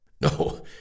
No